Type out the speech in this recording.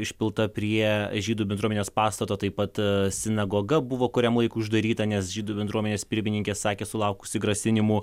išpilta prie žydų bendruomenės pastato taip pat sinagoga buvo kuriam laikui uždaryta nes žydų bendruomenės pirmininkė sakė sulaukusi grasinimų